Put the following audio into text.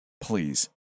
please